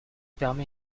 permet